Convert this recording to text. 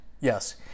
Yes